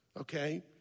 okay